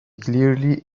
clearly